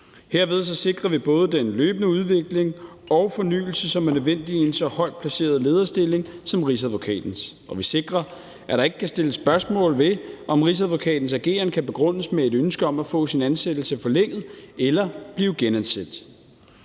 Herved sikrer vi både den løbende udvikling og fornyelse, som er nødvendig i en så højt placeret lederstilling som Rigsadvokatens, og vi sikrer, at der ikke kan sættes spørgsmålstegn ved, om Rigsadvokatens ageren kan begrundes med et ønske om at få sin ansættelse forlænget eller blive genansat.